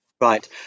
Right